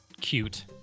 cute